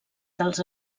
dels